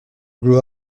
grew